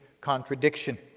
contradiction